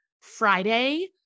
Friday